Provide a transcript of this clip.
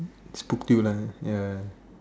spooked you lah ya